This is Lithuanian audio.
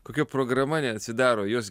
kokia programa neatsidaro jos